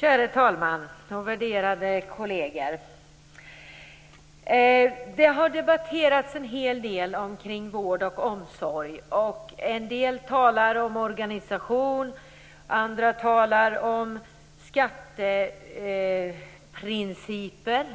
Herr talman och värderade kolleger! Det har debatterats en hel del om vård och omsorg. En del talar om organisation, och andra talar om skatteprinciper.